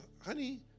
Honey